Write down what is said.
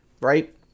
right